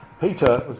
Peter